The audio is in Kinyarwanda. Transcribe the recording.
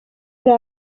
hari